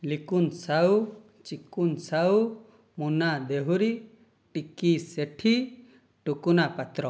Likun Sahu Chikun Sahu Muna Dehury Tiki Sethi Tukuna Patra